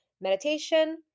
Meditation